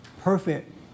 perfect